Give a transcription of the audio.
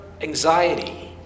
anxiety